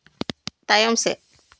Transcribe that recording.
ᱛᱟᱭᱚᱢ ᱥᱮᱫ